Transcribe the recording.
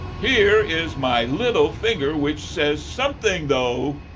here is my little finger, which says something though.